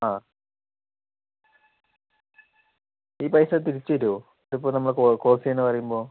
ആ ഈ പൈസ തിരിച്ചു തരുമോ ഇതിപ്പോൾ നമ്മൾ ക്ലോസ് ചെയ്യുകയാണെന്ന് പറയുമ്പോൾ